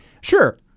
Sure